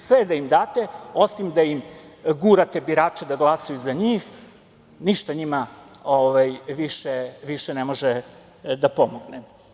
Sve da im date, osim da im gurate birače da glasaju za njih, ništa njima više ne može da pomogne.